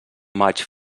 maig